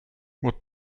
what